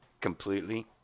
completely